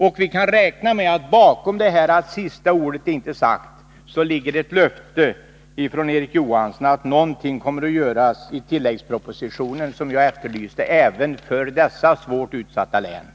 Kan vi räkna med att bakom yttrandet att sista ordet inte är sagt ligger ett löfte från Erik Johansson att någonting kommer att göras i tilläggspropositionen även för de svårt utsatta län som jag talade om förut?